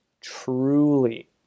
truly